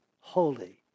holy